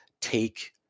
take